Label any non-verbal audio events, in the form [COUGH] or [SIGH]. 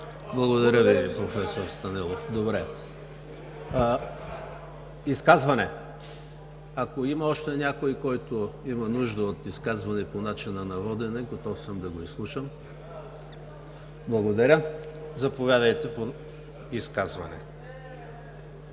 Благодаря Ви, професор Станилов. [NOISE] Добре. Изказване? Ако има още някой, който има нужда от изказване по начина на водене, готов съм да го изслушам. Заповядайте, за изказване.